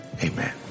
Amen